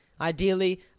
ideally